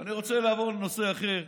אני רוצה לעבור לנושא אחר,